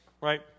right